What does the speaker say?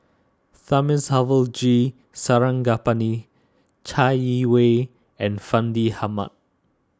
Thamizhavel G Sarangapani Chai Yee Wei and Fandi Ahmad